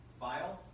file